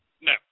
No